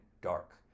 dark